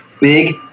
big